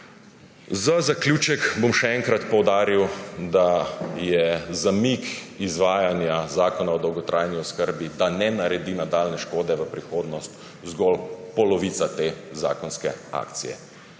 Za zaključek bom še enkrat poudaril, da je zamik izvajanja Zakona o dolgotrajni oskrbi, da ne naredi nadaljnje škode v prihodnost, zgolj polovica te zakonske akcije.